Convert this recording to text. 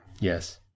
Yes